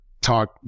talk